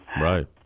Right